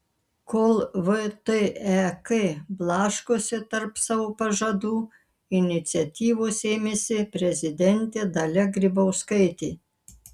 kol vtek blaškosi tarp savo pažadų iniciatyvos ėmėsi prezidentė dalia grybauskaitė